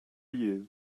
you